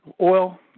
oil